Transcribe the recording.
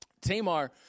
Tamar